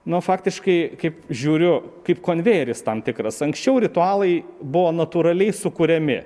nu faktiškai kaip žiūriu kaip konvejeris tam tikras anksčiau ritualai buvo natūraliai sukuriami